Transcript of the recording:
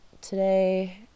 today